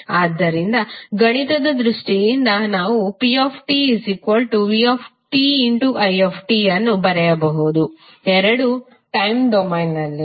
ಆದ್ದರಿಂದ ಗಣಿತದ ದೃಷ್ಟಿಯಿಂದ ನಾವು ptvti ಅನ್ನು ಬರೆಯಬಹುದು ಎರಡೂ ಟಯ್ಮ್ ಡೊಮೇನ್ನಲ್ಲಿವೆ